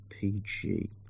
PG